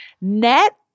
net